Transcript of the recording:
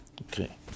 Okay